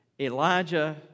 Elijah